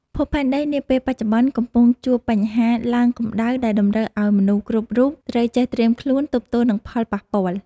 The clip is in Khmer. ភពផែនដីនាពេលបច្ចុប្បន្នកំពុងជួបបញ្ហាឡើងកម្ដៅដែលតម្រូវឱ្យមនុស្សគ្រប់រូបត្រូវចេះត្រៀមខ្លួនទប់ទល់នឹងផលប៉ះពាល់។